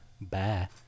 Bye